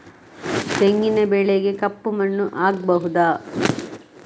ತೆಂಗಿನ ಬೆಳೆಗೆ ಕಪ್ಪು ಮಣ್ಣು ಆಗ್ಬಹುದಾ?